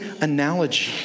analogy